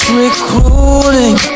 recruiting